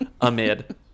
Amid